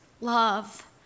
love